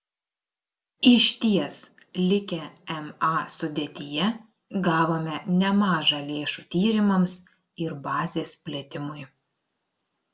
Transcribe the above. išties likę ma sudėtyje gavome nemaža lėšų tyrimams ir bazės plėtimui